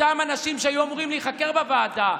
אותם אנשים שהיו אמורים להיחקר בוועדה: